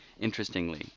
interestingly